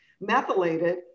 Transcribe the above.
methylated